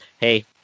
hey